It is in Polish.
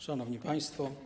Szanowni Państwo!